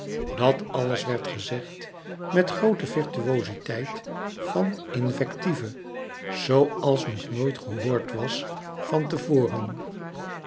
dat alles werd gezegd met groote virtuoziteit van invectieve zooals nog nooit gehoord was van